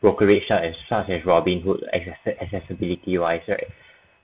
brokerage such as such as robin hood existed accessibility wise right